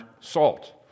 salt